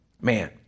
Man